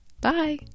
Bye